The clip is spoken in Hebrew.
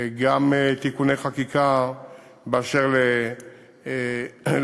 גם תיקוני חקיקה באשר לאפשרות